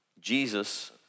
Jesus